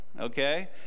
Okay